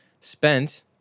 spent